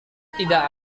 tidak